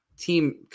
team